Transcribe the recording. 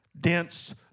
Dense